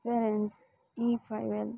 parents E five L